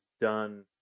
done